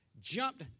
jumped